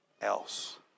else